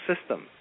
system